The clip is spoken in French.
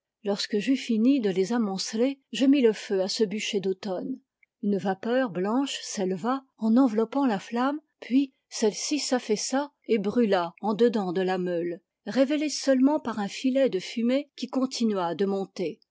lorsque j'eus fini de les amonceler je mis le feu à ce bûcher d'automne une vapeur blanche s'éleva en enveloppant la flamme puis celle-ci s'affaissa et brûla en dedans de la meule révélée seulement par un filet de fumée qui continua de monter